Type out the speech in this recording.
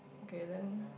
okay then